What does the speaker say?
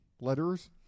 Letters